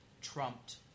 trumped